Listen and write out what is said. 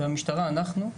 והמשטרה, אנחנו,